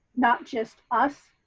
not just us,